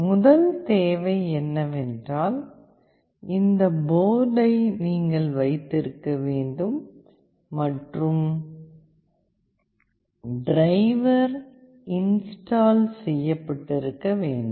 முதல் தேவை என்னவென்றால் இந்த போர்டை நீங்கள் வைத்திருக்க வேண்டும் மற்றும் டிரைவர் இன்ஸ்டால் செய்யப்பட்டிருக்க வேண்டும்